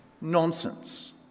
nonsense